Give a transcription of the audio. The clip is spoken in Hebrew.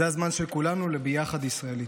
זה הזמן של כולנו לביחד ישראלי.